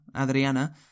Adriana